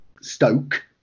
stoke